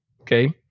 Okay